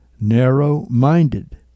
narrow-minded